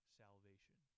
salvation